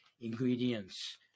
ingredients